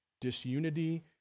disunity